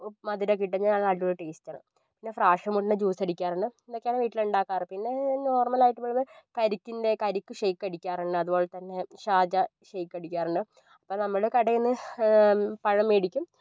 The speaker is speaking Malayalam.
ഉ മധുരമൊക്കെ ഇട്ട് കഴിഞ്ഞാൽ അത് അടിപൊളി ടേസ്റ്റാണ് പിന്നെ ഫ്രാഷൻ ഫൂട്ടിൻ്റെ ജ്യൂസ് അടിക്കാറുണ്ട് ഇതൊക്കെയാണ് വീട്ടിലുണ്ടാക്കാറ് പിന്നേ നോർമലായിട്ടുള്ളത് കരിക്കിൻ്റെ കരിക്ക് ഷെയ്ക്ക് അടിക്കാറുണ്ട് അതുപോൽതന്നെ ഷാർജ ഷെയ്ക്ക് അടിക്കാറുണ്ട് അപ്പം നമ്മള് കടയിൽ നിന്ന് പഴം മേടിക്കും